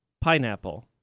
Pineapple